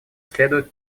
следует